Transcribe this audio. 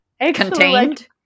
contained